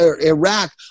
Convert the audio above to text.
Iraq